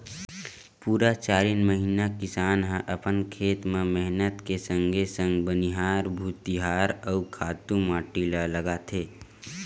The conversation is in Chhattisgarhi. पुरा चारिन महिना किसान ह अपन खेत म मेहनत के संगे संग बनिहार भुतिहार अउ खातू माटी ल लगाथे